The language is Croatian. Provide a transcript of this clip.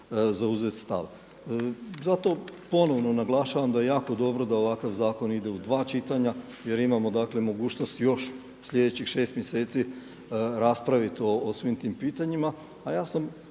Zato ponovno naglašavam da je jako dobro da ovakav zakon ide u dva čitanja jer imamo mogućnost još sljedećih šest mjeseci raspraviti o svim tim pitanjima.